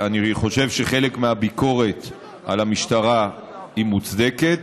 אני חושב שחלק מהביקורת על המשטרה היא מוצדקת.